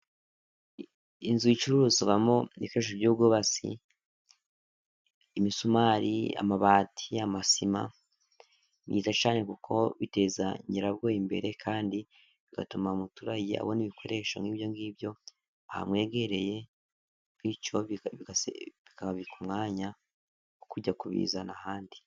Inzu icuruzwamo ibikoresho by'ubwubatsi, imisumari, amabati, amasima ni byiza cyane kuko biteza nyirabwo imbere, kandi bigatuma umuturage abona ibikoresho nk'ibyongibyo ahamwegereye, bityo bikabika umwanya wo kujya kubizana ahandi.